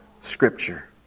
Scripture